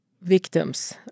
victims